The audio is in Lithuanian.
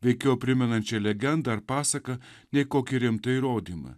veikiau primenančia legendą ar pasaką nei kokį rimtą įrodymą